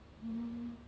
mm